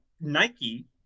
Nike